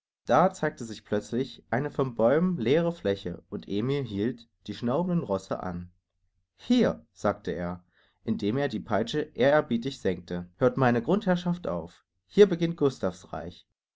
da zeigte sich plötzlich eine von bäumen leere fläche und emil hielt die schnaubenden rosse an hier sagte er indem er die peitsche ehrerbietig senkte hört meine grundherrschaft auf hier beginnt gustav's reich